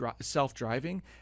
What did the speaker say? self-driving